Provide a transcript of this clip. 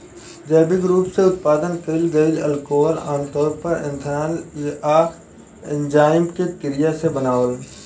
जैविक रूप से उत्पादन कईल गईल अल्कोहल आमतौर पर एथनॉल आ एन्जाइम के क्रिया से बनावल